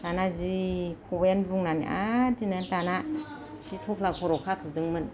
दाना जि खबायानो बुंनानै आरो बिदिनो दाना जि थफ्ला खर' खाथुमदोंमोन